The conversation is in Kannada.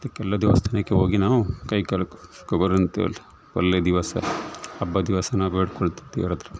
ಇದಕ್ಕೆಲ್ಲ ದೇವಸ್ಥಾನಕ್ಕೆ ಹೋ ಗಿ ನಾವು ಕೈ ಕಾಲು ಸುಖ ಬರ ಅಂತ ದೇವರಲ್ಲಿ ಒಳ್ಳೆ ದಿವಸ ಹಬ್ಬದ ದಿವಸ ನಾವು ಬೇಡ್ಕೊಳ್ತೆವೆ ದೇವ್ರ ಹತ್ರ